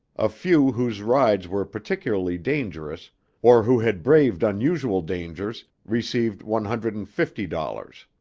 a few whose rides were particularly dangerous or who had braved unusual dangers received one hundred and fifty dollars.